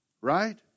Right